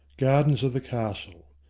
gardens of the castle.